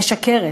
משקרת.